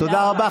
תודה רבה.